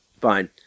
Fine